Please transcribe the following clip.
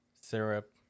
Syrup